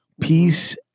peace